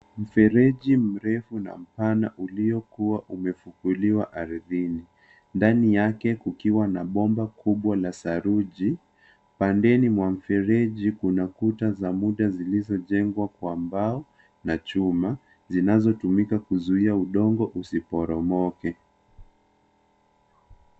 Mfereji mrefu na mpana uliokuwa umefukuliwa ardhini, ndani yake kukiwa na bomba kubwa la saruji. Pandeni mwa mfereji kuna kuta za muda zilizojengwa kwa mbao na chuma, zinazotumika kuzuiya udongo usiporomoke.